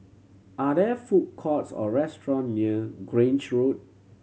are there food courts or restaurant near Grange Road